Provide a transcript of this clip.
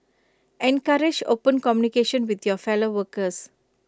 encourage open communication with your fellow workers